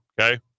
okay